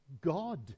god